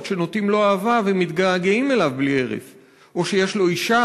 שנוטים לו אהבה/ ומתגעגעים אליו בלי הרף,/ או שיש לו/ אישה